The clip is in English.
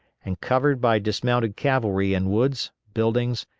and covered by dismounted cavalry in woods, buildings,